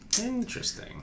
Interesting